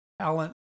talent